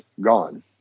gone